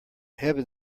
heaven